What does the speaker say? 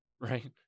Right